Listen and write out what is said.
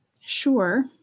Sure